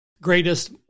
greatest